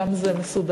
שם זה מסודר.